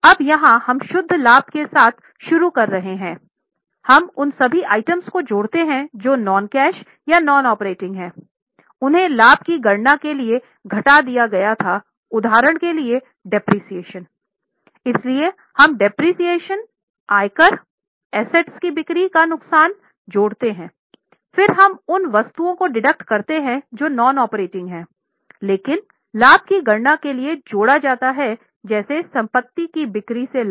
अब यहां हम शुद्ध लाभ के साथ शुरू कर रहे हैं हम उन सभी आइटम को जोड़ते हैं जो नॉन कैश या नॉन ऑपरेटिंग हैं उन्हें लाभ की गणना के लिए घटा दिया गया था उदाहरण के लिएडेप्रिसिएशन की बिक्री पर नुकसान जोड़ते हैं फिर हम उन वस्तुओं को डिडक्ट करते हैं जो नॉन ऑपरेटिंग हैं लेकिन लाभ की गणना के लिए जोड़ा जाता है जैसे संपत्ति की बिक्री से लाभ